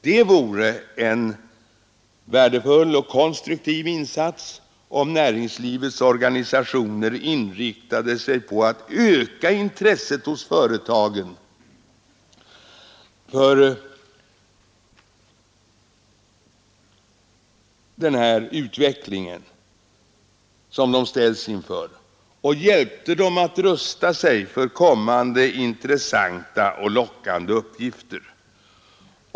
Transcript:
Det vore en värdefull och konstruktiv insats om näringslivets organisationer inriktade sig på att öka intresset hos företagen för den utveckling som de ställs inför och hjälpte dem att rusta sig för kommande intressanta och lockande uppgifter.